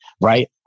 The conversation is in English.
right